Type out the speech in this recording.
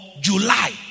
July